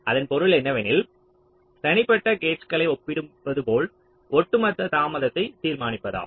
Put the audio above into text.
அதன் பொருள் என்னவெனில் தனிப்பட்ட கேட்ஸ்களை ஒப்பிடுவது போல் ஒட்டுமொத்த தாமதத்தை தீர்மானிப்பதாகும்